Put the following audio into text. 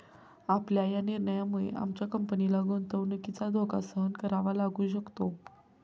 आपल्या या निर्णयामुळे आमच्या कंपनीला गुंतवणुकीचा धोका सहन करावा लागू शकतो